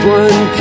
one